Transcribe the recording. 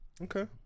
okay